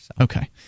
Okay